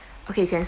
okay you can